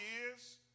years